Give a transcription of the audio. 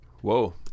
Whoa